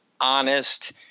honest